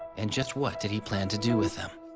and just what did he planned to do with them?